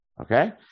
okay